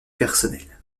personnelle